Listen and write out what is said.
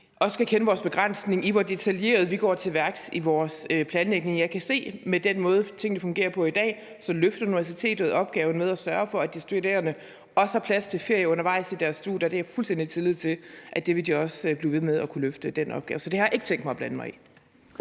også skal kende vores begrænsning for, hvor detaljeret vi går til værks i vores planlægning. Jeg kan se, at med den måde, tingene fungerer på i dag, så løfter universitetet opgaven med at sørge for, at de studerende også har plads til ferie undervejs i deres studier. Den opgave har jeg fuldstændig tillid til at de også vil kunne blive ved med at løfte. Så det har jeg ikke tænkt mig at blande mig i.